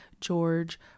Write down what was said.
George